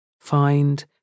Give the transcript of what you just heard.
Find